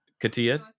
Katia